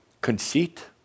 Conceit